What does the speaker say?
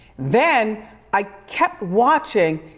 then i kept watching,